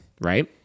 Right